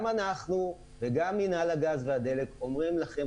גם אנחנו וגם מנהל הגז והדלק אומרים לכם,